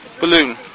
balloon